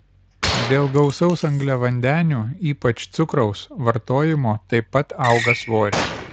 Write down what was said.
dėl gausaus angliavandenių ypač cukraus vartojimo taip pat auga svoris